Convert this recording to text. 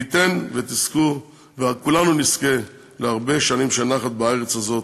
מי ייתן ותזכו וכולנו נזכה להרבה שנים של נחת בארץ הזאת,